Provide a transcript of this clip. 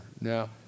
Now